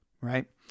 Right